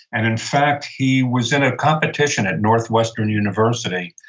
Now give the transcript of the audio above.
and in fact, he was in a competition at northwestern university,